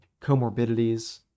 comorbidities